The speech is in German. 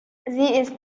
ist